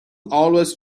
always